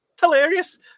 hilarious